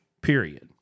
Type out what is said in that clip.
period